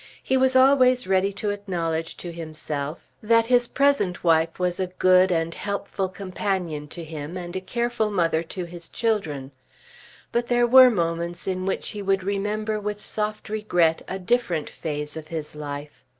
he was always ready to acknowledge to himself that his present wife was a good and helpful companion to him and a careful mother to his children but there were moments in which he would remember with soft regret a different phase of his life.